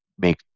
make